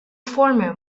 former